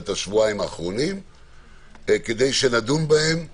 השבועיים האחרונים כדי שנדון בהן היום.